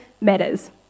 matters